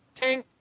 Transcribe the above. tink